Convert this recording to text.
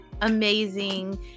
amazing